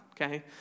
okay